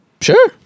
Sure